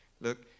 look